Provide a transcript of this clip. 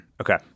Okay